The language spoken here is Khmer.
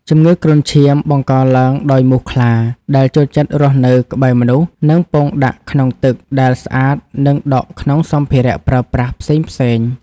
ជំងឺគ្រុនឈាមបង្កឡើងដោយមូសខ្លាដែលចូលចិត្តរស់នៅក្បែរមនុស្ស និងពងដាក់ក្នុងទឹកដែលស្អាតនិងដក់ក្នុងសម្ភារៈប្រើប្រាស់ផ្សេងៗ។